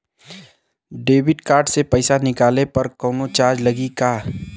Debit card से पैसा निकलले पर कौनो चार्ज लागि का?